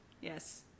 Yes